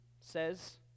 says